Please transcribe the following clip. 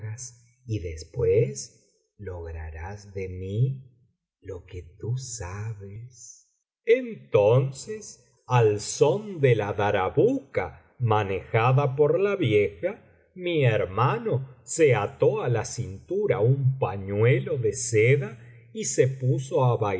y después lograrás de mí lo que tú sabes entonces al son de la darabuka manejada por la vieja mi hermano se ato á la cintura un pañuelo de seda y se puso á